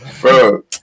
bro